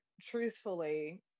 truthfully